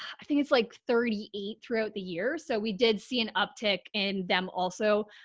i think it's like thirty eight throughout the year. so we did see an uptick in them also,